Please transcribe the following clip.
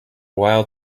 while